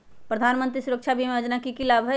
प्रधानमंत्री सुरक्षा बीमा योजना के की लाभ हई?